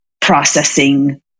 processing